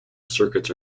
circuits